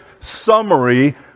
summary